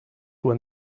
when